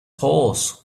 horse